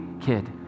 kid